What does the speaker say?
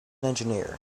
engineer